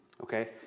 Okay